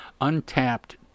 untapped